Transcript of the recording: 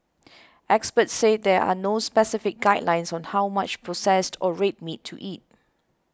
experts said there are no specific guidelines on how much processed or red meat to eat